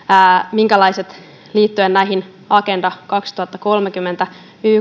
minkälaisia tavoitteita suomella on menossa liittyen näihin ykn agenda kaksituhattakolmekymmentä